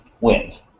wins